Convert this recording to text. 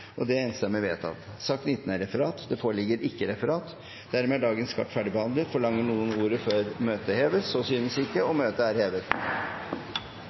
at tilrådingen blir enstemmig. Det foreligger ikke noe referat. Dermed er dagens kart ferdigbehandlet. Forlanger noen ordet før møtet heves? – Møtet er hevet.